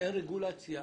שאין רגולציה.